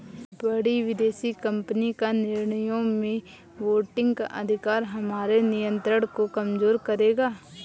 बड़ी विदेशी कंपनी का निर्णयों में वोटिंग का अधिकार हमारे नियंत्रण को कमजोर करेगा